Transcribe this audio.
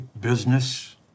business